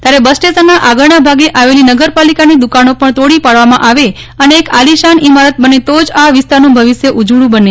ત્યારે બસ સ્ટેશનના આગળના ભાગે આવેલી નગરપાલિકાની દુકાનો પણ તોડી પાડવામાં આવે અને એક આલીશાન ઇમારત બને તો જ આ વિસ્તારનું ભવિષ્ય ઉજળું બને